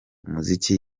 umuziki